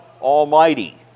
Almighty